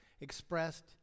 expressed